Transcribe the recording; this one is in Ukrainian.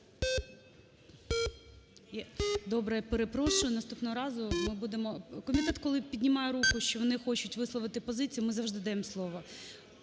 Добре. Я перепрошую, наступного разу ми будемо… Комітет, коли піднімає руку, що вони хочуть висловити позицію, ми завжди даємо слово.